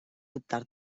dubtar